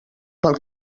pel